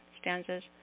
stanzas